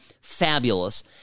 Fabulous